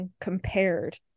compared